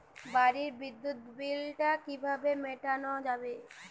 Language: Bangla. বাড়ির বিদ্যুৎ বিল টা কিভাবে মেটানো যাবে?